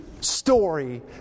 Story